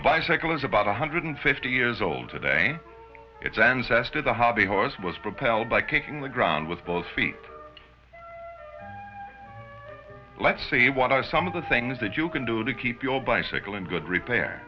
the bicycle is about one hundred fifty years old today it's ancestor the hobby horse was propelled by kicking the ground with both feet let's see what are some of the things that you can do to keep your bicycle in good repair